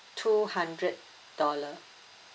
two hundred dollar